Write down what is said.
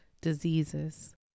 diseases